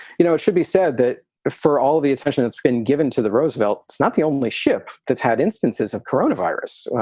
you know, it should be said that for all the attention that's been given to the roosevelt, it's not the only ship that had instances of corona virus.